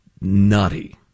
nutty